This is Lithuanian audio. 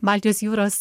baltijos jūros